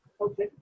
Okay